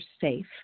safe